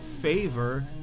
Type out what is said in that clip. favor